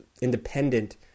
independent